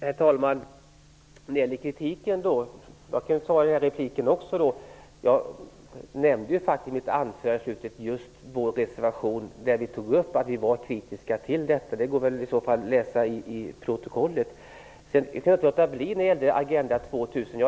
Herr talman! Låt mig i denna replik också ta upp frågan om kritiken. Jag nämnde i slutet av mitt anförande just vår reservation, där vi redovisat att vi är kritiska till detta. Det kommer att framgå av protokollet. Jag kan inte låta bli att nämna Agenda 2000 här.